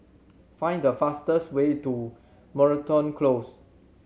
find the fastest way to Moreton Close